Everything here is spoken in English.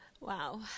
Wow